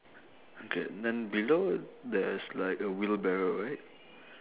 okay then below there's like a wheelbarrow right